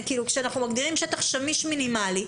כשאנחנו מגדירים שטח שמיש מינימלי,